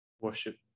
worship